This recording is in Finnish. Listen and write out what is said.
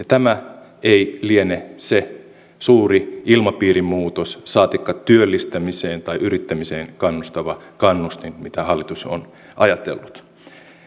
tämä ei liene se suuri ilmapiirin muutos saatikka työllistämiseen tai yrittämiseen kannustava kannustin mitä hallitus on ajatellut